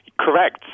Correct